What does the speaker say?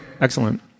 excellent